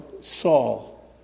Saul